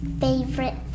favorite